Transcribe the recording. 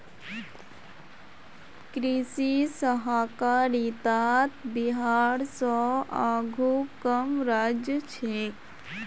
कृषि सहकारितात बिहार स आघु कम राज्य छेक